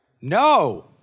No